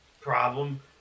problem